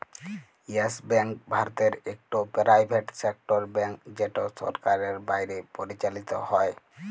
yes Bank ভারতের ইকট private sector bank যেট সরকারের বাইরে পরিচালিত হ্যয়